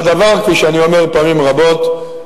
כפי שאני אומר פעמים רבות,